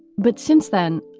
but since then,